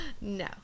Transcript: No